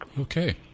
Okay